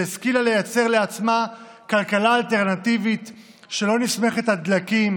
שהשכילה לייצר לעצמה כלכלה אלטרנטיבית שלא נסמכת על דלקים,